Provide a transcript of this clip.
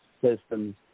systems